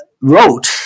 wrote